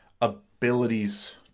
abilities